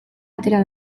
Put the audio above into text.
atera